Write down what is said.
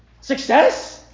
Success